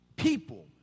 People